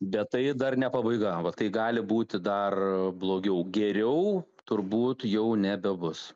bet tai dar ne pabaiga va kai gali būti dar blogiau geriau turbūt jau nebebus